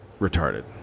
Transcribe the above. retarded